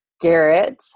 Garrett